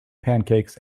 pancakes